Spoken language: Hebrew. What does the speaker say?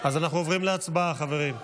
אז אנחנו עוברים להצבעה, חברים.